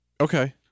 Okay